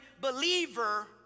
believer